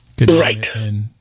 Right